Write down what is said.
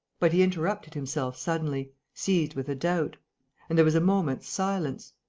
but he interrupted himself suddenly, seized with a doubt and there was a moment's silence.